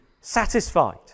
satisfied